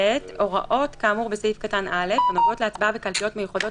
"הוראות כאמור בסעיף קטן (א) הנוגעות להצבעה בקלפיות מיוחדות